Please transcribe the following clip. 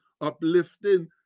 uplifting